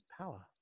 Power